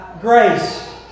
grace